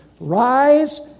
Rise